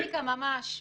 ממש.